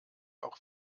auch